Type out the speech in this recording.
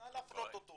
נא להפנות אותו